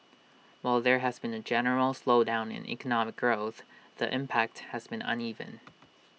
while there has been A general slowdown in economic growth the impact has been uneven